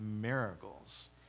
miracles